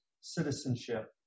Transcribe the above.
citizenship